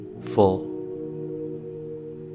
full